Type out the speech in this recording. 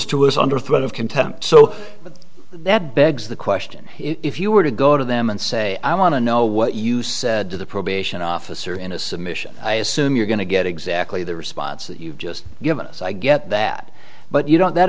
us under threat of contempt so that begs the question if you were to go to them and say i want to know what you said to the probation officer in a submission i assume you're going to get exactly the response that you've just given us i get that but you don't that